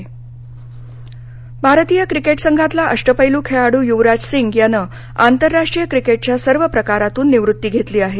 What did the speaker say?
युवराज भारतीय क्रिकेट संघातला अष्टपैलू खेळाडू युवराज सिंग यानं आंतरराष्ट्रीय क्रिकेटच्या सर्व प्रकारातून निवृत्ती घेतली आहे